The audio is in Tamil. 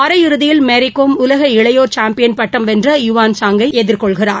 அரை இறதியில் மேரிகோம் உலக இளையோா் சாம்பியன் பட்டம் வென்ற யுவான் சாங்கை எதிர்கொள்கிறார்